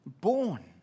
born